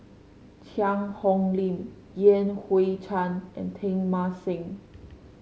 Cheang Hong Lim Yan Hui Chang and Teng Mah Seng